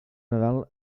nadal